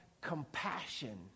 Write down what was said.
compassion